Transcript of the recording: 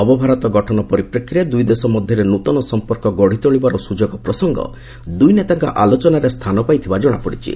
ନବଭାରତ ଗଠନ ପରିପ୍ରେକ୍ଷୀରେ ଦୁଇଦେଶ ମଧ୍ୟରେ ନୃତନ ସଂପର୍କ ଗଢ଼ିତୋଳିବାର ସ୍ୱଯୋଗ ପ୍ରସଙ୍ଗ ଦୂଇ ନେତାଙ୍କ ଆଲୋଚନାରେ ସ୍ଥାନ ପାଇଥିବା ଜଣାପଡ଼ିଛି